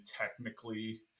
technically